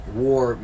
war